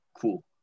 Cool